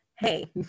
hey